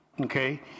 Okay